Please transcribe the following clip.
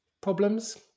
problems